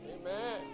amen